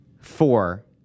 four